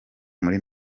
muri